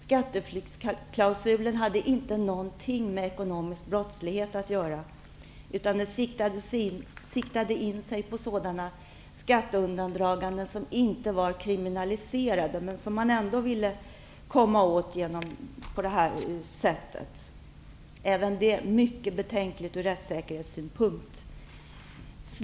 Skatteflyktsklausulen hade inte någonting med ekonomisk brottslighet att göra utan siktade in sig på sådana skatteundandraganden som inte var kriminaliserade, men som man ändå ville komma åt på det här sättet. Även det är mycket betänkligt ur rättssäkerhetssynpunkt.